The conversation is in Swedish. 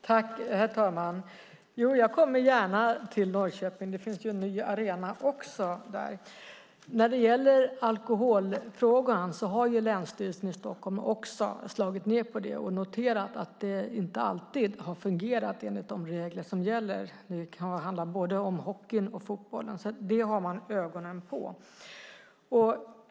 Herr talman! Jag kommer gärna till Norrköping. Det finns ju en ny arena där också. Alkoholfrågan har länsstyrelsen i Stockholm också slagit ned på och noterat att det inte alltid har fungerat enligt de regler som gäller. Det kan handla om både hockeyn och fotbollen. Det har man ögonen på.